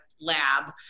lab